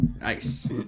nice